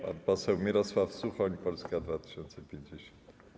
Pan poseł Mirosław Suchoń, Polska 2050.